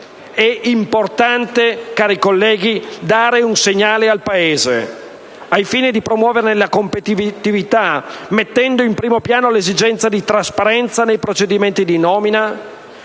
È importante, cari colleghi, dare un segnale al Paese al fine di promuoverne la competitività, mettendo in primo piano l'esigenza di trasparenza nei procedimenti di nomina,